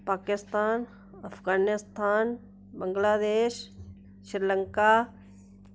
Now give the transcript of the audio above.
Pakistan Afghanistan Bangladesh Sri Lanka